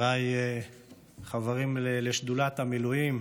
חבריי החברים לשדולת המילואים,